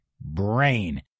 brain